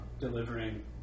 delivering